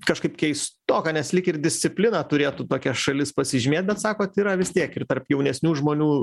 kažkaip keistoka nes lyg ir disciplina turėtų tokia šalis pasižymėt bet sakot yra vis tiek ir tarp jaunesnių žmonių